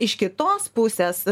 iš kitos pusės